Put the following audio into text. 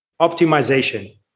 optimization